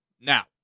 Now